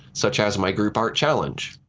such as my group art challenge.